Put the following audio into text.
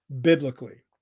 biblically